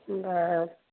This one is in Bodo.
होनबा